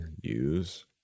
use